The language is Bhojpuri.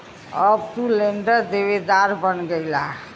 अब तू लेंडर देवेदार बन गईला